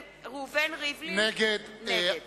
ריבלין, נגד